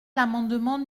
l’amendement